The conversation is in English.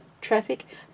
traffic